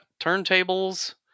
turntables